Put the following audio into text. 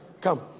Come